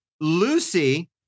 Lucy